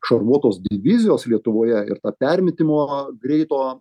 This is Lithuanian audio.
šarvuotos divizijos lietuvoje ir tą permetimo greito